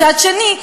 מצד שני,